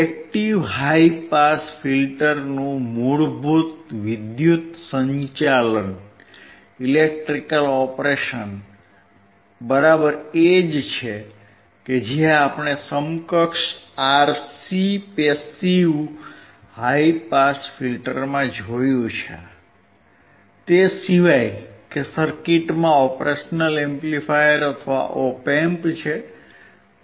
active high pass ફિલ્ટરનું મૂળભૂત વિદ્યુત સંચાલન બરાબર એ જ છે જે આપણે સમકક્ષ RC પેસીવ હાઇ પાસ ફિલ્ટરમાં જોયું છે તે સિવાય કે સર્કિટમાં ઓપરેશનલ એમ્પ્લીફાયર અથવા ઓપ એમ્પ છે